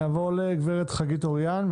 נעבור לגברת חגית אוריין,